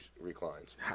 reclines